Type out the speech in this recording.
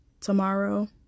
tomorrow